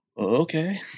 okay